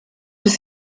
des